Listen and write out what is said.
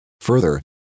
Further